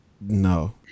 No